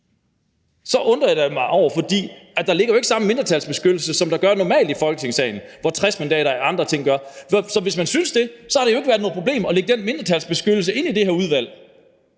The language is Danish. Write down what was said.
så undrer jeg mig da over det, for der ligger jo ikke den samme mindretalsbeskyttelse, som der gør normalt i Folketingssalen, hvor 60 mandater eller andre ting gør sig gældende. Så hvis man synes det, havde det ikke været noget problem at lægge den mindretalsbeskyttelse ind i det her udvalg,